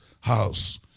house